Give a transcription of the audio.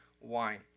wine